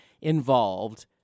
involved